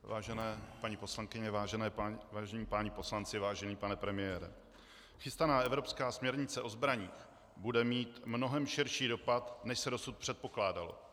Vážené paní poslankyně, vážení páni poslanci, vážený pane premiére, chystaná evropská směrnice o zbraních bude mít mnohem širší dopad, než se dosud předpokládalo.